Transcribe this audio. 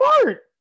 Smart